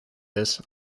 this